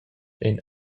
ein